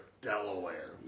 Delaware